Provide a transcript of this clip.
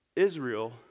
Israel